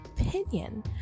opinion